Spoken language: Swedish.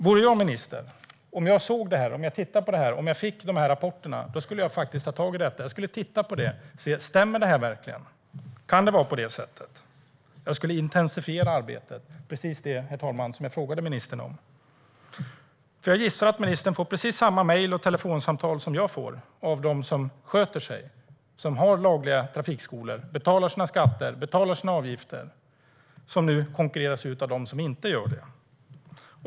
Vore jag minister och fick de här rapporterna skulle jag ta tag i detta och ta reda på om detta verkligen stämmer, om det kan vara på det sättet. Jag skulle intensifiera arbetet, precis det, herr talman, som jag efterfrågade av ministern. Jag gissar nämligen att ministern får precis samma mejl och telefonsamtal som jag får av dem som sköter sig, de som har lagliga trafikskolor, betalar sina skatter och sina avgifter och som nu konkurreras ut av dem som inte gör det.